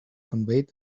conveyed